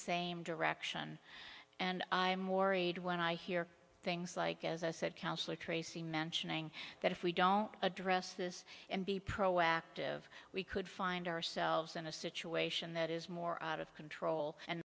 same direction and i'm more worried when i hear things like as i said counsellor tracey mentioning that if we don't address this and be proactive we could find ourselves in a situation that is more out of control and